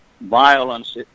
violence